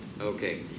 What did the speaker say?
Okay